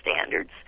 standards